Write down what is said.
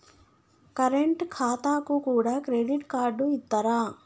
Current ఖాతాకు కూడా credit card ఇత్తరా?